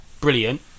brilliant